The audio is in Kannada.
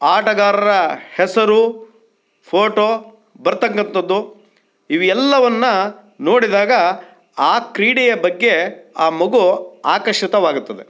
ಆಟಗಾರರ ಹೆಸರು ಫೋಟೋ ಬರತಕ್ಕಂಥದ್ದು ಇವು ಎಲ್ಲವನ್ನು ನೋಡಿದಾಗ ಆ ಕ್ರೀಡೆಯ ಬಗ್ಗೆ ಆ ಮಗು ಆಕರ್ಷಿತವಾಗುತ್ತದೆ